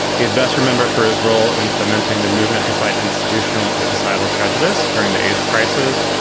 he is best remembered for his role in fomenting the movement to fight institutional and societal prejudice during the aids crisis.